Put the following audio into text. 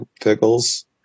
pickles